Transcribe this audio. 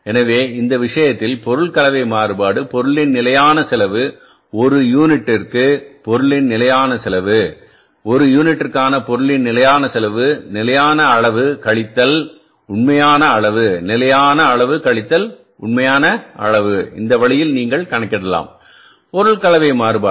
எனவே இந்த விஷயத்தில் பொருள் கலவை மாறுபாடு பொருளின் நிலையான செலவு ஒரு யூனிட்டிற்கான பொருளின் நிலையான செலவு ஒரு யூனிட்டிற்கான பொருளின் நிலையான செலவு நிலையான அளவு கழித்தல் உண்மையான அளவு நிலையான அளவு கழித்தல் உண்மையான அளவு இந்த வழியில் நீங்கள் கணக்கிடலாம் பொருள் கலவை மாறுபாடு